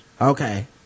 Okay